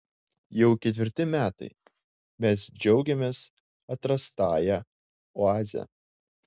jau ketvirti metai mes džiaugiamės atrastąja oaze